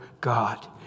God